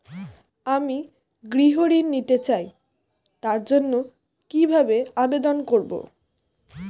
আমি গৃহ ঋণ নিতে চাই তার জন্য কিভাবে আবেদন করব?